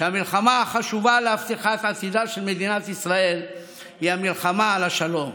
שהמלחמה החשובה להבטחת עתידה של מדינת ישראל היא המלחמה על השלום.